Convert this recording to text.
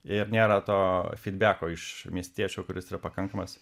ir nėra to fidbeko iš miestiečio kuris yra pakankamas